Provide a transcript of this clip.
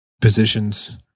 positions